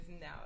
now